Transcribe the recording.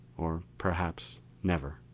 or perhaps never.